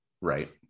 Right